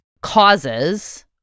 causes